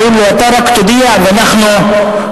אומרים לו: אתה רק תודיע, ואנחנו נפעל.